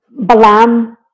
Balam